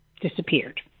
disappeared